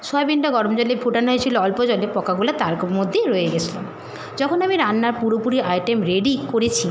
সোয়াবিনটা গরম জলে ফোটানোই ছিলো অল্প জলে পোকাগুলো তার মধ্যেই রয়ে গেছলো যখন আমি রান্নার পুরোপুরি আইটেম রেডি করেছি